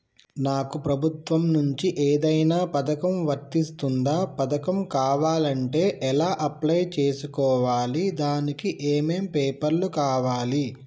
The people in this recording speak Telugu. నాకు ప్రభుత్వం నుంచి ఏదైనా పథకం వర్తిస్తుందా? పథకం కావాలంటే ఎలా అప్లై చేసుకోవాలి? దానికి ఏమేం పేపర్లు కావాలి?